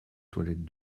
toilette